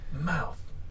Mouth